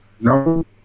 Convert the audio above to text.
No